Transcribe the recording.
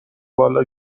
بالا